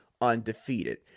undefeated